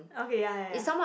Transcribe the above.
okay ya ya ya